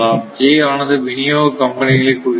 j ஆனது விநியோக கம்பெனிகளை குறிக்கிறது